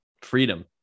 freedom